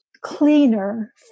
cleaner